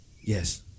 Yes